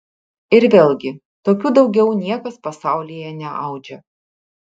ir vėlgi tokių daugiau niekas pasaulyje neaudžia